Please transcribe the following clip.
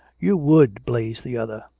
you would! blazed the other.